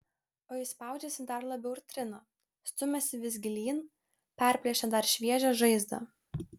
o jis spaudžiasi dar labiau ir trina stumiasi vis gilyn perplėšia dar šviežią žaizdą